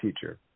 teacher